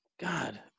God